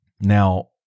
Now